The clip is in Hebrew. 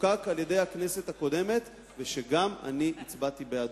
שחוקק על-ידי הכנסת הקודמת, וגם אני הצבעתי בעדו.